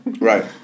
right